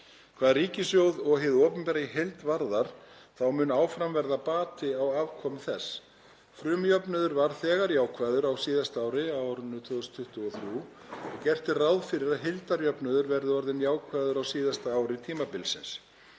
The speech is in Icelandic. Hvað ríkissjóð og hið opinbera í heild varðar þá mun áfram verða bati á afkomu þess. Frumjöfnuður varð þegar jákvæður á síðasta ári, 2023, og gert er ráð fyrir að heildarjöfnuður verði orðinn jákvæður á síðasta ári tímabilsins.